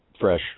fresh